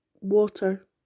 water